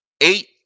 eight